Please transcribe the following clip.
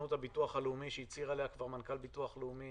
נכונות הביטוח הלאומי שהצהיר עליה מנכ"ל ביטוח לאומי